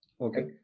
Okay